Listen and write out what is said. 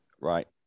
Right